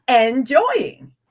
enjoying